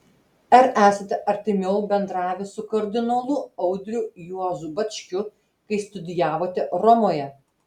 ar esate artimiau bendravęs su kardinolu audriu juozu bačkiu kai studijavote romoje